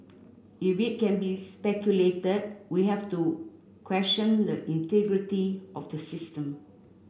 if it can be speculated we have to question the integrity of the system